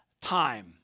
time